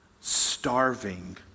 starving